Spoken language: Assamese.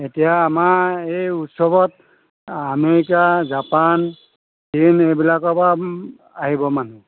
এতিয়া আমাৰ এই উৎসৱত আমেৰিকা জাপান চীন এইবিলাকৰ পৰা আহিব মানুহ